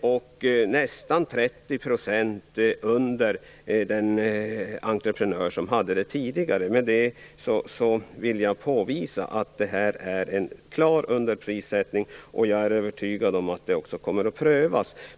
och nästan 30 % lägre än den tidigare entreprenörens. Med detta vill jag påvisa att det är fråga om en klar underprissättning. Jag är också övertygad om att frågan kommer att prövas.